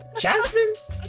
Jasmine's